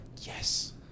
yes